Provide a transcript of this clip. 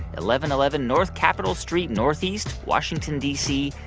eleven eleven north capitol st. ne, washington d c,